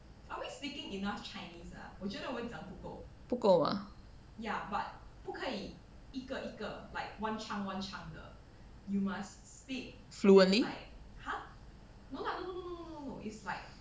不够吗 fluently